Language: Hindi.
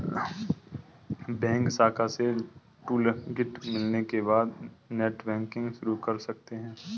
बैंक शाखा से टूलकिट मिलने के बाद नेटबैंकिंग शुरू कर सकते है